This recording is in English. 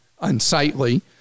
unsightly